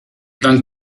dann